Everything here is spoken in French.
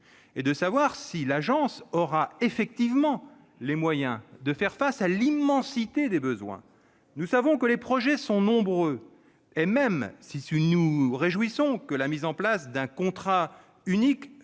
est de savoir si l'agence aura véritablement les moyens de faire face à l'immensité des besoins. Nous savons que les projets sont nombreux et, même si nous nous réjouissons que la mise en place d'un contrat unique